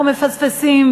אנחנו מפספסים,